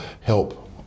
help